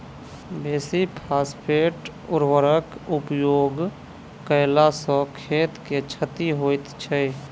बेसी फास्फेट उर्वरकक उपयोग कयला सॅ खेत के क्षति होइत छै